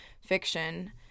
fiction